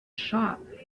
shop